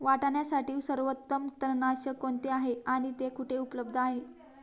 वाटाण्यासाठी सर्वोत्तम तणनाशक कोणते आहे आणि ते कुठे उपलब्ध आहे?